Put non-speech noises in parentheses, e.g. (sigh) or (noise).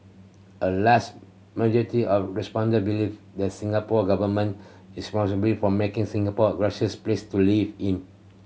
a large majority of respondent believe that Singapore Government is (unintelligible) for making Singapore a gracious place to live in